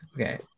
Okay